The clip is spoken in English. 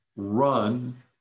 Run